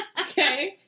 Okay